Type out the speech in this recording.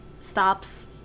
stops